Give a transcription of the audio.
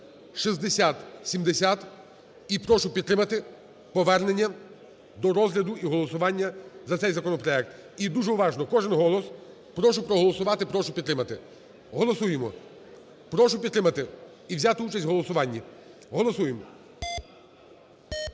6070. І прошу підтримати повернення до розгляду і голосування за цей законопроект. І дуже уважно, кожен голос… Прошу проголосувати, прошу підтримати. Голосуємо. Прошу підтримати і взяти участь в голосуванні. Голосуємо.